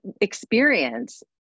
experience